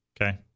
okay